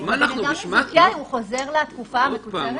אבל כשבן אדם מזוכה הוא חוזר לתקופה המקוצרת יותר.